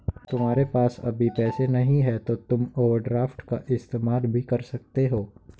तुम्हारे पास अभी पैसे नहीं है तो तुम ओवरड्राफ्ट का इस्तेमाल भी कर सकते हो